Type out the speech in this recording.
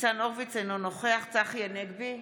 ניצן הורוביץ, אינו נוכח צחי הנגבי,